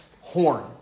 horn